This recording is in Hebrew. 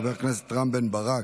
חבר הכנסת רם בן ברק,